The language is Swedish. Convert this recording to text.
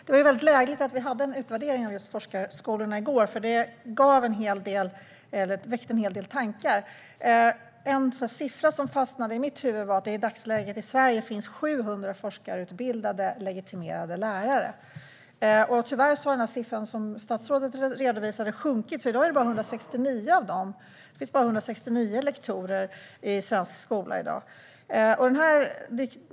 Fru talman! Det var lägligt att vi hade ett seminarium om just forskarskolorna i går. Det väckte en hel del tankar. En siffra som fastnade i mitt huvud var att det i dagsläget finns 700 forskarutbildade legitimerade lärare. Tyvärr har siffran som statsrådet redovisade sjunkit. I dag finns det bara 169 lektorer i svensk skola.